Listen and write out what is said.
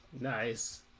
nice